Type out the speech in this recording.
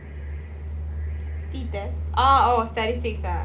T test ah oh statistics ah